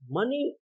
Money